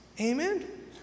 Amen